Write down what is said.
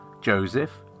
Joseph